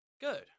good